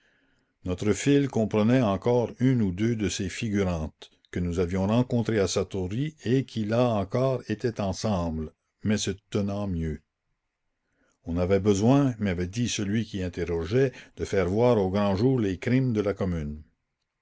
notre file comprenait encore une ou deux de ces figurantes que nous avions rencontrées à satory et qui là encore étaient ensemble mais se tenant mieux on avait besoin m'avait dit celui qui interrogeait de faire voir au grand jour les crimes de la commune